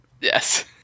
Yes